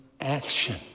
action